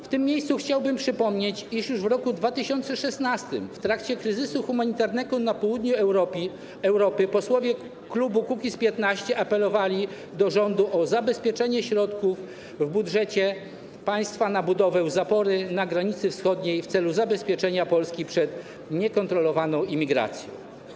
W tym miejscu chciałbym przypomnieć, iż już w roku 2016 w trakcie kryzysu humanitarnego na południu Europy posłowie klubu Kukiz’15 apelowali do rządu o zabezpieczenie środków w budżecie państwa na budowę zapory na granicy wschodniej w celu zabezpieczenia Polski przed niekontrolowaną imigracją.